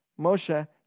Moshe